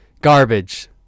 garbage